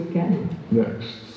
Next